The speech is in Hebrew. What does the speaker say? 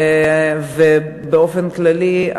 ובאופן כללי,